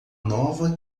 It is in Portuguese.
nova